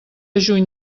juny